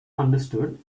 understood